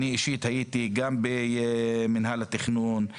אני אישית הייתי גם במינהל התכנון,